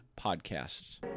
podcasts